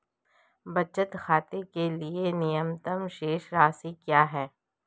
बचत खाते के लिए न्यूनतम शेष राशि क्या है?